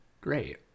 Great